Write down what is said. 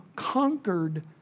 conquered